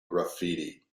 graffiti